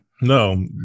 No